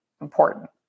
important